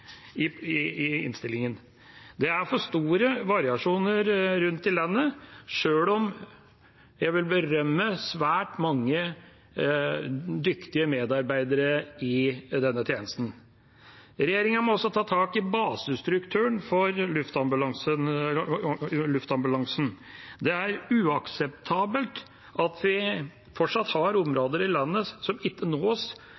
i innstillinga. Det er for store variasjoner rundt i landet, sjøl om jeg vil berømme svært mange dyktige medarbeidere i denne tjenesten. Regjeringa må også ta tak i basestrukturen for luftambulansen. Det er uakseptabelt at vi fortsatt har